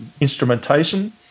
instrumentation